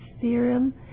theorem